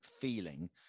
feeling